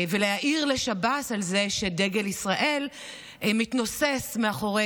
ולהעיר לשב"ס על זה שדגל ישראל מתנוסס מאחורי